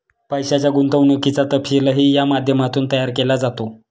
पैशाच्या गुंतवणुकीचा तपशीलही या माध्यमातून तयार केला जातो